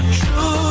true